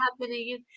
happening